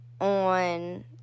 on